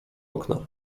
okna